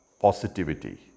positivity